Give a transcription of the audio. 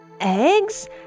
eggs